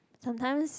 sometimes